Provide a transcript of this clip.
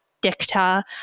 dicta